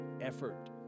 effort